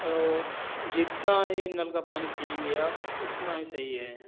और जितना ये नल का पानी पियेंगे आप उतना ही सही है